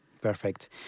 Perfect